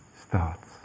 starts